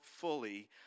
fully